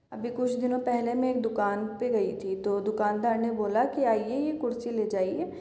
अभी कुछ दिनों पहले मैं एक दुकान पे गई थी तो दुकानदार ने बोला कि आइये ये कुर्सी ले जाइए